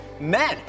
men